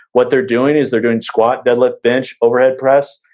what they're doing is they're doing squat, deadlift bench, overhead press,